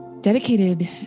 dedicated